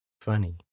Funny